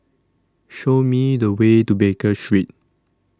Show Me The Way to Baker Street